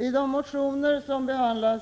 I motionerna